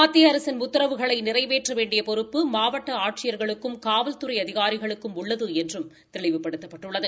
மத்திய அரசின் உத்தரவுகளை நிறைவேற்ற வேண்டிய பொறுப்பு மாவட்ட ஆட்சியர்களுக்கும் காவல்துறை அதிகாரிகளுக்கும் உள்ளது என்றும் தெளிவுபடுத்தப்பட்டுள்ளது